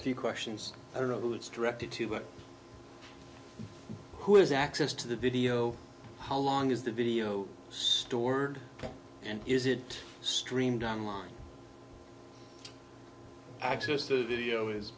few questions i don't know who it's directed to but who has access to the video how long is the video store and is it streamed on line access to video is